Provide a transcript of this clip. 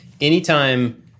anytime